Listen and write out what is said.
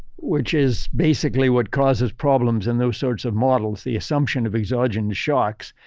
which is basically what causes problems in those sorts of models the assumption of exogenous shocks.